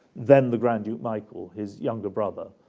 then the grand duke, michael, his younger brother,